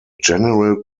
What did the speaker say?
general